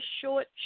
short